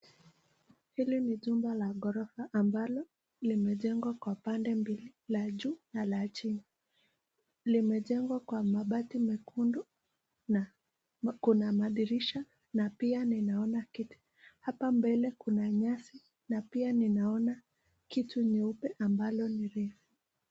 Hili ni jumba la ghorofa ambalo limejengwa kwa pande mbili, la juu na la chini. Limejengwa kwa mabati mekundu na kuna madirisha na pia ninaona kiti. Hapa mbele kuna nyasi na pia ninaona kitu nyeupe ambalo ni refu.